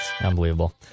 Unbelievable